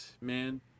man